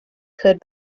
could